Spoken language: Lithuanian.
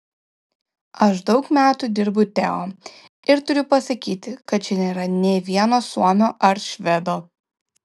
aš daug metų dirbu teo ir turiu pasakyti kad čia nėra nė vieno suomio ar švedo